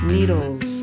Needles